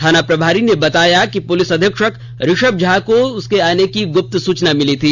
थाना प्रभारी ने बताया कि पुलिस अधीक्षक ऋषभ झा को इसके आने की गुप्त सूचना मिली थी